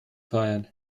feiern